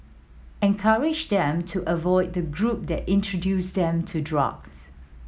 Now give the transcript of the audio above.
encourage them to avoid the group that introduced them to drugs